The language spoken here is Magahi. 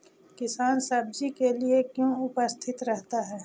किसान सब्जी के लिए क्यों उपस्थित रहता है?